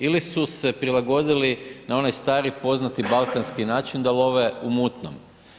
Ili su se prilagodili na onaj stari poznati balkanski način da love u mutnom.